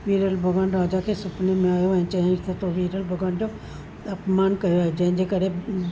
वीरल भॻवानु राजा खे सुपिने में आयो ऐं चयईंसि त तूं वीरल भॻवानु जो अपमान कयो आहे जंहिंजे करे